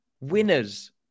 Winners